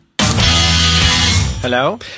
hello